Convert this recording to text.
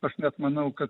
aš net manau kad